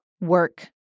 work